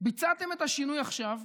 ביצעתם את השינוי עכשיו.